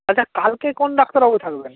আচ্ছা কালকে কোন ডাক্তারবাবু থাকবেন